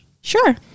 Sure